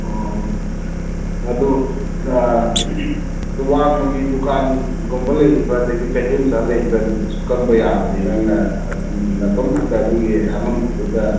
ꯑꯣ ꯑꯗꯣ ꯋꯥꯡꯃꯒꯤ ꯗꯨꯀꯥꯟꯒꯨꯝꯕ ꯂꯩꯔꯤꯕ ꯑꯗꯒꯤ ꯀꯩꯊꯦꯟ ꯃꯆꯥ ꯂꯩꯔꯤꯕ ꯑꯗꯨꯗꯁꯨ ꯀꯝꯕ ꯌꯥꯕꯅꯤ ꯅꯪꯅ ꯅꯇꯣꯝ ꯈꯛꯇ ꯑꯗꯨꯒꯤ ꯑꯃꯝꯕꯗꯨꯗ